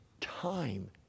time